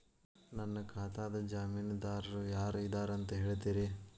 ನನ್ನ ಖಾತಾದ್ದ ಜಾಮೇನದಾರು ಯಾರ ಇದಾರಂತ್ ಹೇಳ್ತೇರಿ?